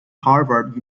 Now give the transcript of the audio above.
harvard